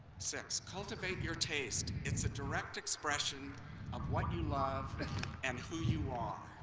six. cultivate your taste it's a direct expression of what you love and who you are.